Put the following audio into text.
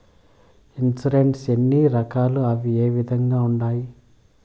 insurance ఎన్ని రకాలు అవి ఏ విధంగా ఉండాయి